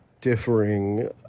differing